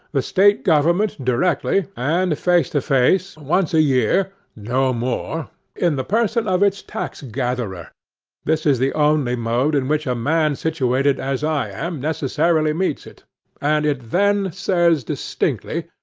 the state government, directly, and face to face, once a year no more in the person of its tax-gatherer this is the only mode in which a man situated as i am necessarily meets it and it then says distinctly,